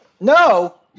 No